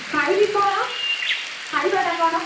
ଖାଇବି କ'ଣ ଖାଇବାଟା କ'ଣ